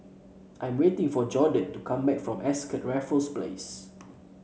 I'm waiting for Jordon to come back from Ascott Raffles Place